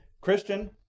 Christian